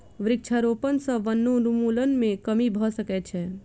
वृक्षारोपण सॅ वनोन्मूलन मे कमी भ सकै छै